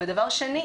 ודבר שני,